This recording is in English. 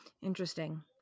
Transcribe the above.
Interesting